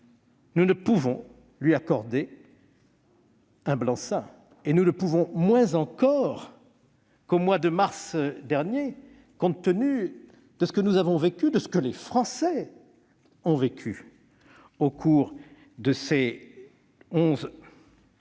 nous ne pouvons lui accorder un blanc-seing, et nous le pouvons moins encore qu'au mois de mars dernier, compte tenu de ce que nous avons vécu, de ce que les Français ont vécu au cours de ces dix derniers